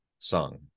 Sung